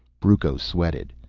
brucco sweated.